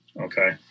okay